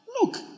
Look